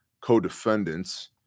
co-defendants